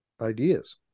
ideas